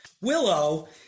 willow